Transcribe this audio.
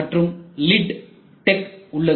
மற்றும் lit tech உள்ளது